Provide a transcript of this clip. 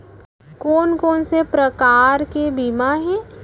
कोन कोन से प्रकार के बीमा हे?